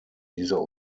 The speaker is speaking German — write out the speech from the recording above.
dieser